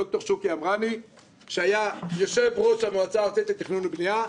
ד"ר שוקי אמרני שהיה יושב-ראש המועצה הארצית לתכנון ובנייה,